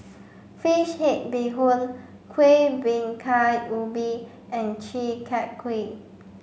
fish head bee hoon Kueh Bingka Ubi and Chi Kak Kuih